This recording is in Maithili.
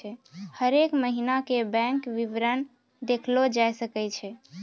हरेक महिना के बैंक विबरण देखलो जाय सकै छै